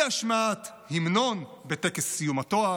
אי-השמעת המנון בטקס סיום התואר.